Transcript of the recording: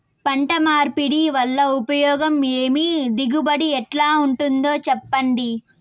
పంట మార్పిడి వల్ల ఉపయోగం ఏమి దిగుబడి ఎట్లా ఉంటుందో చెప్పండి?